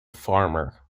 farmer